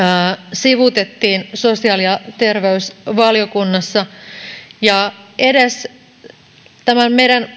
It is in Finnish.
sivuutettiin sosiaali ja terveysvaliokunnassa ja edes meidän